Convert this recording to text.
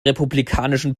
republikanischen